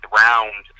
round